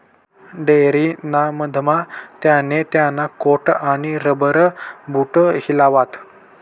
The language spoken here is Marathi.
डेयरी ना मधमा त्याने त्याना कोट आणि रबर बूट हिलावात